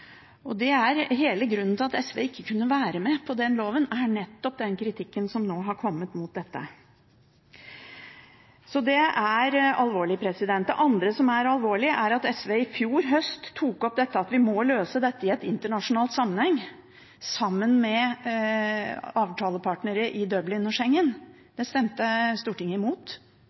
er ikke ivaretatt. Hele grunnen til at SV ikke kunne være med på den loven, er nettopp den kritikken som nå har kommet mot dette. Så det er alvorlig. Det andre som er alvorlig, er at SV i fjor høst tok opp at vi må løse dette i en internasjonal sammenheng sammen med avtalepartnere i Dublin og